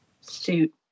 suit